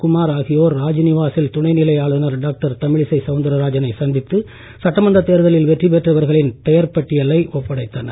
குமார் ஆகியோர் ராஜ்நிவாசில் துணைநிலை ஆளுநர் டாக்டர் தமிழிசை சவுந்தரராஜனை சந்தித்து சட்டமன்றத் தேர்தலில் வெற்றி பெற்றவர்களின் பெயர்ப் பட்டியலை ஒப்படைத்தனர்